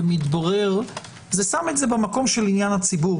ומתברר - זה שם את זה במקום של עניין הציבור.